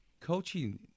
coaching